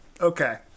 okay